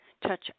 Touch